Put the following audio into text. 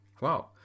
Wow